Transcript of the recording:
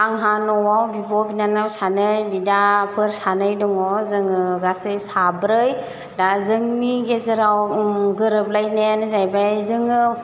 आंहा न'आव बिब' बिनानाव सानै बिदाफोर सानै दङ जोङो गासै साब्रै दा जोंनि गेजेराव गोरोबलायनायानो जाहैबाय जोङो